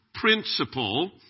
principle